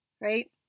Right